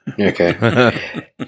Okay